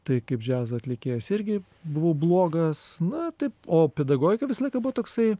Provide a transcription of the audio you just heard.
tai kaip džiazo atlikėjas irgi buvau blogas na taip o pedagogika visą laiką buvo toksai